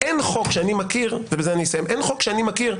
ובזה אני אסיים,